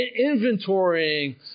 inventorying